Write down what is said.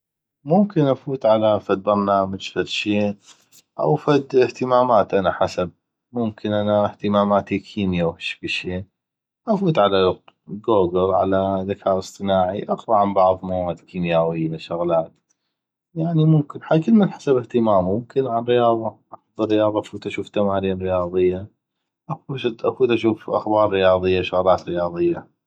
ممكن افوت على فدبرنامج فدشي أو فد اهتمامات أنا حسب ممكن انا اهتماماتي كيميا أو هشكل شي افوت على كوكل أو على ذكاء اصطناعي اقرا عن بعض مواد كيمياويه شغلات يعني ممكن هاي كلمن حسب اهتمامو يعني ممكن عالرياضه احب الرياضه افوت اشوف تمارين رياضيه افوت اشوف اخبار رياضيه شغلات رياضيه